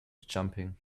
jumping